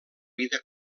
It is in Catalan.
vida